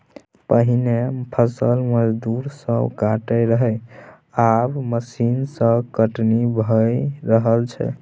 पहिने फसल मजदूर सब काटय रहय आब मशीन सँ कटनी भए रहल छै